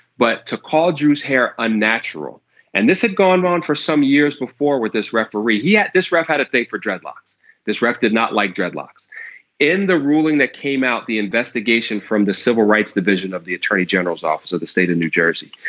but to call drew's hair unnatural and this had gone on for some years before with this referee he had yeah this ref had a thing for dreadlocks this rep did not like dreadlocks in the ruling that came out the investigation from the civil rights division of the attorney general's office of the state of new jersey.